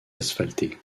asphaltée